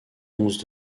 onze